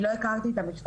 אני לא הכרתי את המכתב,